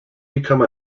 become